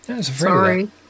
Sorry